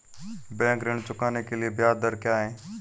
Bank ऋण चुकाने के लिए ब्याज दर क्या है?